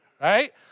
right